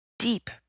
deep